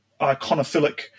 iconophilic